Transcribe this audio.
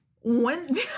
Went